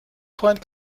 freund